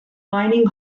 mining